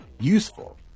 useful